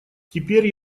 теперь